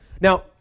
Now